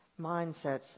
mindsets